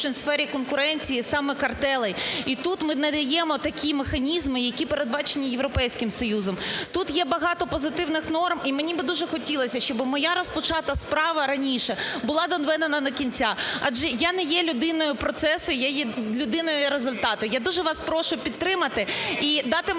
порушень в сфері конкуренції саме картелей, і тут ми надаємо такі механізми, які передбачені Європейським Союзом. Тут є багато позитивних норм, і мені би дуже хотілося, щоби моя розпочата справа раніше була доведена до кінця, адже я не є людиною процесу, я є людиною результату. Я дуже вас прошу підтримати і ждати мені спокійно